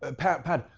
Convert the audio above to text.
and pat, pat,